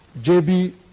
jb